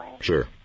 sure